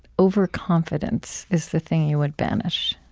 overconfidence is the thing you would banish.